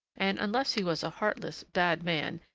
and, unless he was a heartless, bad man,